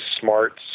smarts